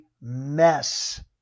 mess